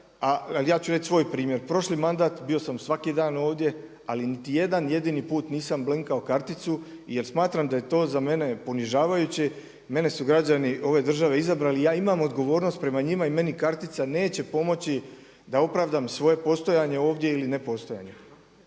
ali ja ću reći svoj primjer. Prošli mandat bio sam svaki dan ovdje ali niti jedan jedini put nisam blinkao karticu jer smatram da je to za mene ponižavajuće, mene su građani ove države izabrali i ja imam odgovornost prema njima i meni kartica neće pomoći da opravdam svoje postojanje ovdje ili ne postojanje.